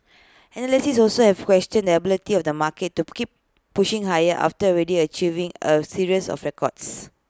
analysts also have questioned the ability of the market to keep pushing higher after already achieving A series of records